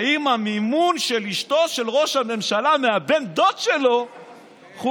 האם המימון של אשתו של ראש הממשלה מבן הדוד שלו חוקי,